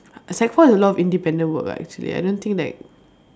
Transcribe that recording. sec four is a lot of independent work lah actually I don't think that